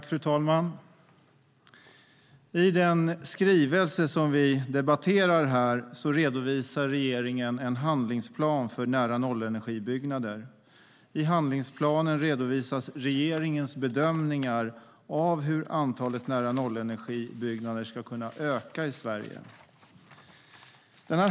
Fru talman! I den skrivelse som vi debatterar redovisar regeringen en handlingsplan för nära-nollenergibyggnader. I handlingsplanen redovisas regeringens bedömningar av hur antalet nära-nollenergibyggnader ska kunna öka i Sverige.